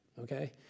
Okay